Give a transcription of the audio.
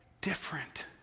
different